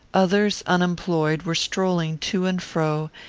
others, unemployed, were strolling to and fro,